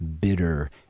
bitter